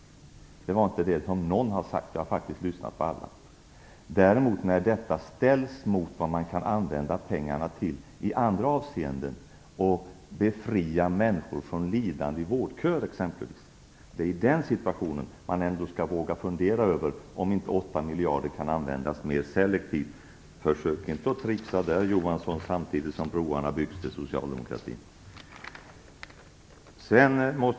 Det har inte någon sagt, och jag har faktiskt lyssnat på alla. Däremot kan detta ställas mot vad man kan använda pengarna till i andra avseenden, exempelvis för att befria människor från lidande i vårdköer. Det är i den belysningen som man ändå bör våga fundera över om 8 miljarder inte kan användas mer selektivt. Försök inte att tricksa med detta, Olof Johansson, samtidigt som broarna till socialdemokratin byggs!